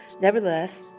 Nevertheless